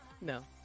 No